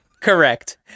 Correct